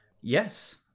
Yes